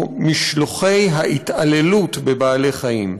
או "משלוחי ההתעללות בבעלי-חיים".